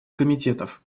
комитетов